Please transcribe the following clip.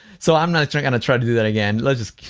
so i'm not not gonna try to do that again, let's just.